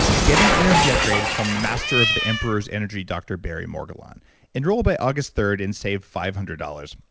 get an energy upgrade from the master of the emperor's energy dr. berry morguelan enroll by august third and save five hundred dollars.